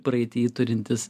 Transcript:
praeity turintis